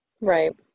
right